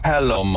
Hello